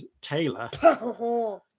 Taylor